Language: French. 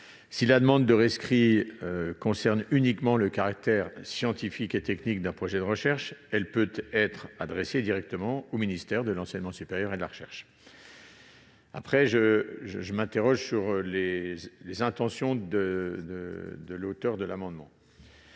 Si la demande de rescrit concerne uniquement le caractère scientifique et technique d'un projet de recherche, elle peut être adressée directement au ministère de l'enseignement supérieur, de la recherche et de l'innovation. Je m'interroge sur les intentions de l'auteur de l'amendement.